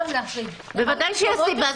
בוודאי שיש סיבה.